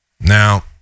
Now